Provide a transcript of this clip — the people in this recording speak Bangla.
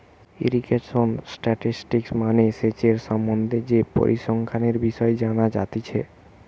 ইরিগেশন স্ট্যাটিসটিক্স মানে সেচের সম্বন্ধে যে পরিসংখ্যানের বিষয় জানা যাতিছে